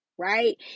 right